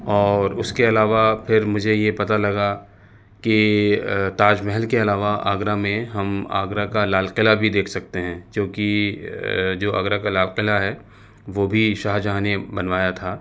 اور اس کے علاوہ پھر مجھے یہ پتا لگا کہ تاج محل کے علاوہ آگرہ میں ہم آگرہ کا لال قلعہ بھی دیکھ سکتے ہیں جو کہ جو آگرہ کا لال قلعہ ہے وہ بھی شاہ جہاں نے بنوایا تھا